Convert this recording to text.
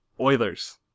Oilers